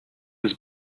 his